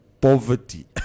poverty